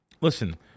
Listen